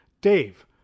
Dave